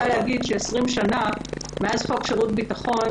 20 שנים מאז חוק שירות ביטחון,